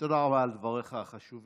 תודה רבה על דבריך החשובים.